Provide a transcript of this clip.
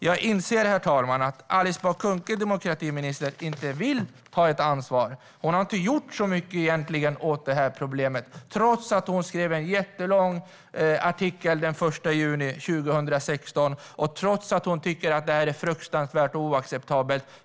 Jag inser att demokratiminister Alice Bah Kuhnke inte vill ha ansvar. Hon har egentligen inte gjort särskilt mycket åt problemet, trots att hon skrev en jättelång artikel den 1 juni 2016 och trots att hon tycker att det här är fruktansvärt och oacceptabelt.